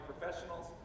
professionals